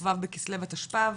כ"ו בכסלו התשפ"ב.